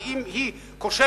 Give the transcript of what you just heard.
כי אם היא כושלת,